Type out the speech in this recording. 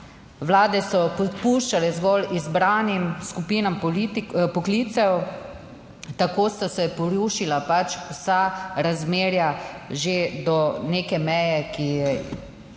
Vlade so puščale zgolj izbranim skupinam poklicev. Tako so se porušila pač vsa razmerja že do neke meje, ki je